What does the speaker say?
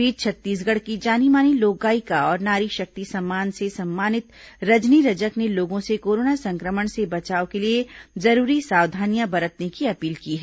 इस बीच छत्तीसगढ़ की जानी मानी लोकगायिका और नारी शक्ति सम्मान से सम्मानित रजनी रजक ने लोगों से कोरोना संक्रमण से बचाव के लिए जरूरी सावधानियां बरतने की अपील की है